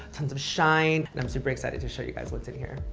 tons of shine. i'm super excited to show you guys what's in here.